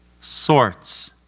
sorts